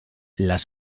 les